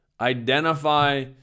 Identify